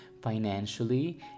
financially